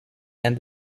and